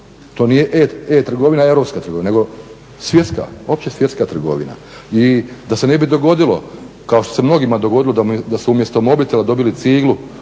To nije e-trgovina europska trgovina nego svjetska, opće svjetska trgovina i da se ne bi dogodilo kao što se mnogima dogodilo da su umjesto mobitela dobili ciglu